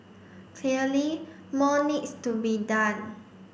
clearly more needs to be done